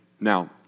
Now